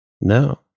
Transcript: No